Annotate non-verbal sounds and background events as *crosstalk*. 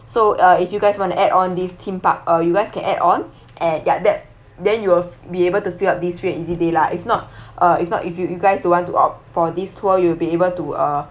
so uh if you guys want to add on this theme park uh you guys can add on and ya then then you will be able to fill up this very easily lah if not *breath* uh if not if you guys don't want to opt for this tour you will be able to uh